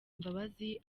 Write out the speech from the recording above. imbabazi